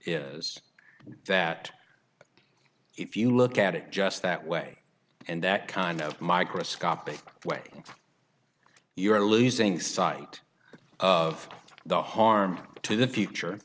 is that if you look at it just that way and that kind of microscopic way you're losing sight of the harm to the future